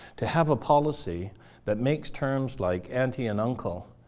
to have a policy that makes terms like auntie and uncle,